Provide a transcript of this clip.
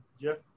Jeff